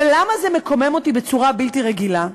ולמה זה מקומם אותי בצורה בלתי רגילה?